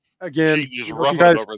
again